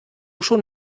schon